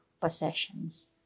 possessions